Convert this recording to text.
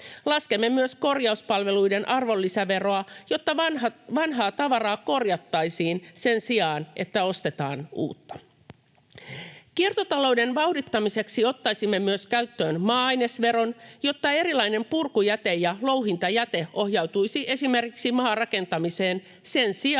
Laskemme myös korjauspalveluiden arvonlisäveroa, jotta vanhaa tavaraa korjattaisiin sen sijaan, että ostetaan uutta. Kiertotalouden vauhdittamiseksi ottaisimme myös käyttöön maa-ainesveron, jotta erilainen purkujäte ja louhintajäte ohjautuisivat esimerkiksi maarakentamiseen sen sijaan,